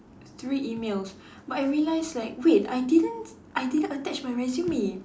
three emails but I realised like wait I didn't I didn't attach my resume